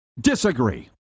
Disagree